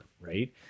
Right